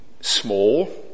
small